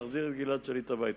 תחזיר את גלעד שליט הביתה.